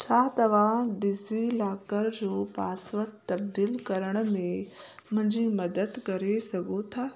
छा तव्हां डिज़ीलॉकर जो पासवर्ड तब्दील करण में मुंहिंजी मदद करे सघो था